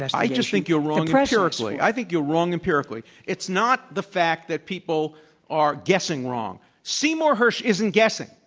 i just think you're wrong empirically. i think you're wrong empirically. it's not the fact that people are guessing wrong. seymour hersh isn't guessing.